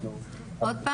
עד כה